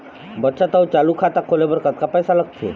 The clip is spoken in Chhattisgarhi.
बचत अऊ चालू खाता खोले बर कतका पैसा लगथे?